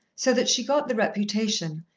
so that she got the reputation,